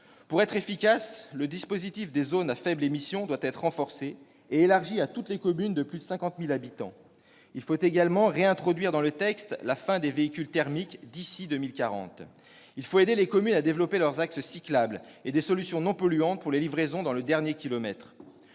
Pour être efficace, le dispositif des zones à faibles émissions doit être renforcé et élargi à toutes les communes de plus de 50 000 habitants. Il faut également réintroduire dans le texte la fin des véhicules thermiques d'ici à 2040. Il faut aider les communes à développer leurs axes cyclables et des solutions non polluantes pour les livraisons dans le dernier kilomètre.